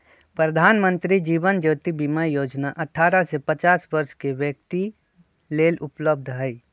प्रधानमंत्री जीवन ज्योति बीमा जोजना अठारह से पचास वरस के व्यक्तिय लेल उपलब्ध हई